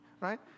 right